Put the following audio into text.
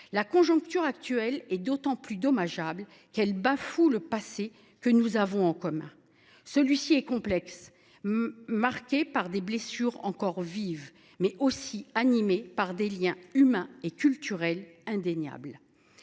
La conjoncture est d’autant plus dommageable qu’elle bafoue le passé que nous avons en commun. Celui ci est complexe, marqué par des blessures encore vives, mais aussi animé par des liens humains et culturels indéniables.